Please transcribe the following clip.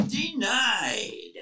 Denied